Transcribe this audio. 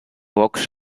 walks